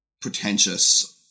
pretentious